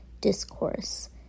discourse